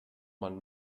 man